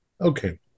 Okay